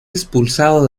expulsado